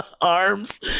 arms